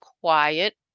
quiet